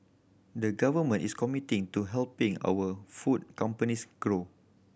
the Government is committed to helping our food companies grow